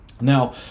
Now